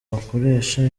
bakoresha